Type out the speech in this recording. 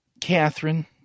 Catherine